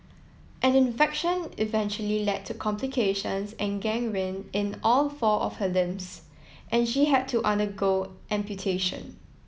an infection eventually led to complications and gangrene in all four of her limbs and she had to undergo amputation